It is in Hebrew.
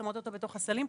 שמו אותו בתוך הסלים,